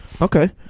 Okay